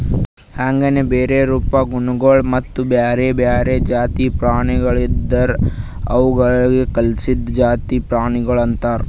ಹಾಂಗೆನೆ ಬೇರೆ ರೂಪ, ಗುಣಗೊಳ್ ಮತ್ತ ಬ್ಯಾರೆ ಬ್ಯಾರೆ ಜಾತಿವು ಪ್ರಾಣಿ ಇದುರ್ ಅವುಕ್ ಕಲ್ಸಿದ್ದು ಜಾತಿ ಪ್ರಾಣಿಗೊಳ್ ಅಂತರ್